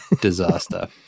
disaster